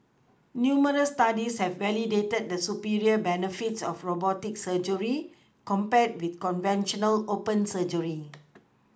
numerous Studies have validated the superior benefits of robotic surgery compared with conventional open surgery